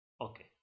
Okay